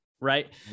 Right